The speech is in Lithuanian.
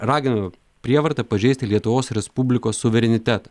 raginu prievarta pažeisti lietuvos respublikos suverinitetą